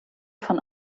von